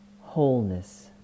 wholeness